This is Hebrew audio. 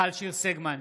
סגמן,